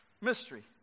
Mystery